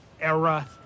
era